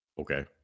Okay